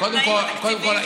קודם כול,